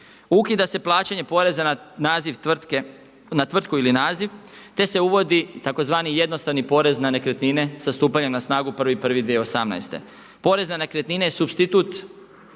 Ukida se plaćanje poreza na tvrtku ili naziv, te se uvodi tzv. jednostrani porez na nekretnine sa stupanjem na snagu 1.1.2018. Porez na nekretnine je supstitut